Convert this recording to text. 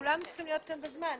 כולם צריכים להיות כאן בזמן,